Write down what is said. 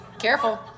careful